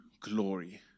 glory